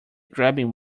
grabbing